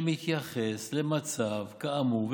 שמתייחס למצב כאמור,